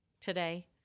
today